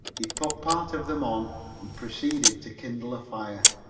he put part of them on and proceeded to kindle a fire.